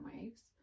waves